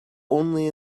only